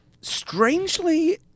Strangely